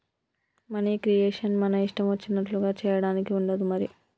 money creation మన ఇష్టం వచ్చినట్లుగా చేయడానికి ఉండదు మరి